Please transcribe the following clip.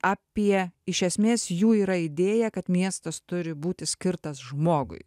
apie iš esmės jų yra idėja kad miestas turi būti skirtas žmogui